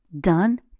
done